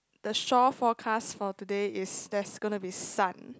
the shore forecast for today is there's gonna be sun